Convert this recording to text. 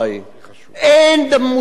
אין מושג כזה.